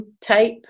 type